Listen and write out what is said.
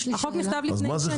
החוק נכתב לפני שנים.